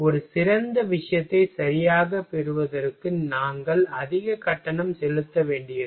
ஒரு சிறந்த விஷயத்தை சரியாகப் பெறுவதற்கு நாங்கள் அதிக கட்டணம் செலுத்த வேண்டியிருக்கும்